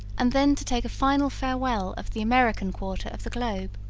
and then to take a final farewell of the american quarter of the globe.